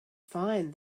find